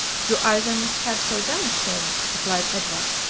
you either must have so done, sir. replied edward,